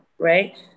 Right